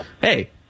hey